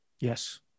Yes